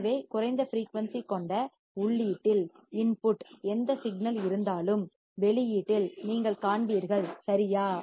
எனவே குறைந்த ஃபிரீயூன்சி கொண்ட உள்ளீட்டில் இன்புட் எந்த சிக்னல் இருந்தாலும் வெளியீட்டில் அவுட்புட் நீங்கள் காண்பீர்கள் சரியா